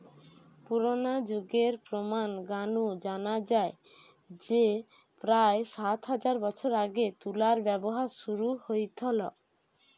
পুরনা যুগের প্রমান গা নু জানা যায় যে প্রায় সাত হাজার বছর আগে তুলার ব্যবহার শুরু হইথল